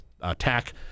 attack